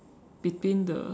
between the